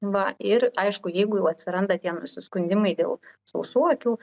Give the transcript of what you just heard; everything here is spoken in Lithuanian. va ir aišku jeigu jau atsiranda tie nusiskundimai dėl sausų akių